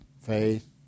faith